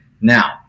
Now